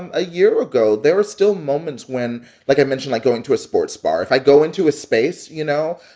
and a year ago, there are still moments when like i mentioned, like, going to a sports bar. if i go into a space, you know,